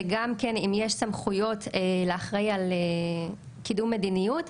וגם כן אם יש סמכויות לאחראי על קידום מדיניות.